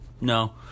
No